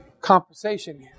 compensation